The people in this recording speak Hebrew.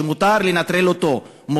שמותר לנטרל אותו,